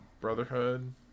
Brotherhood